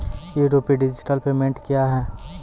ई rupee digital payment क्या हैं?